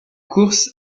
course